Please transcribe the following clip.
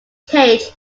cage